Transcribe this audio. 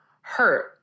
hurt